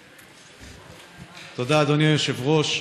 תודה, אדוני היושב-ראש.